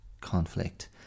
conflict